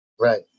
Right